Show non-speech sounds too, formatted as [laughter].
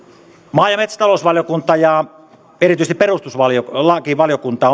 maa ja metsätalousvaliokunta ja erityisesti perustuslakivaliokunta [unintelligible]